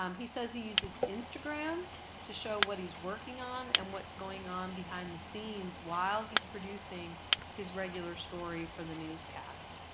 um he says he uses instagram to show what he's working on and what's going on behind the scenes while he's producing his regular story from the newscast.